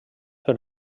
per